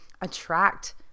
attract